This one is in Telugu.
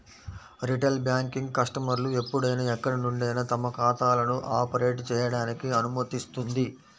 రిటైల్ బ్యాంకింగ్ కస్టమర్లు ఎప్పుడైనా ఎక్కడి నుండైనా తమ ఖాతాలను ఆపరేట్ చేయడానికి అనుమతిస్తుంది